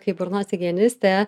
kaip burnos higienistė